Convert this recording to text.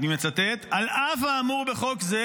אני מצטט: "על אף האמור בחוק זה,